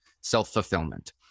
self-fulfillment